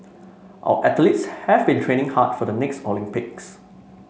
our athletes have been training hard for the next Olympics